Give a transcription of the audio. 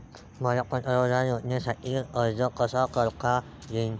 मले पंतप्रधान योजनेसाठी अर्ज कसा कसा करता येईन?